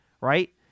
right